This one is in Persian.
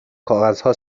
کاغذها